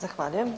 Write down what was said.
Zahvaljujem.